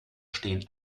stehen